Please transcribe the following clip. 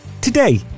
Today